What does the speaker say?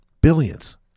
Billions